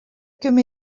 quelques